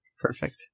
Perfect